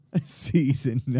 Season